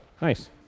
nice